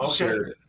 Okay